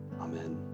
Amen